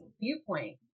viewpoint